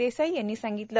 देसाई यांनी सांगितले